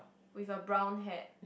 with a brown hat